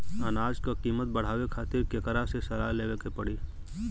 अनाज क कीमत बढ़ावे खातिर केकरा से सलाह लेवे के पड़ी?